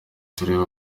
tureba